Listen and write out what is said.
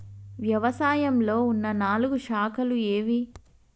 వ్యవసాయంలో ఉన్న నాలుగు శాఖలు ఏవి?